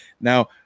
Now